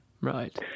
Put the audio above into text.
Right